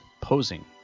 posing